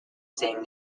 same